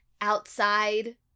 outside